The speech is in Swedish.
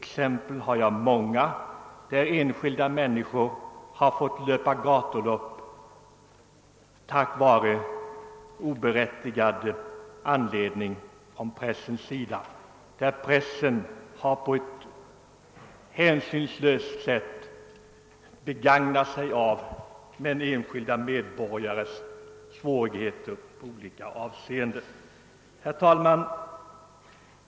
Det finns många exempel på att enskilda: människor har fått löpa gatlopp på grund av oberättigade angrepp från pressens sida, varvid pressen på ett hänsynslöst sätt har; begagnat sig av enskilda medborgares svårigheter i olika avseenden. Herr talman!